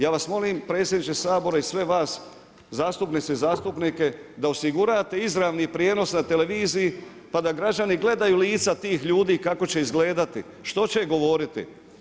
Ja vas molim predsjedniče Sabora i sve vas zastupnice i zastupnike da osigurate izravni prijenos na televiziji pa da građani gledaju lica tih ljudi kako će izgledati, što će govoriti.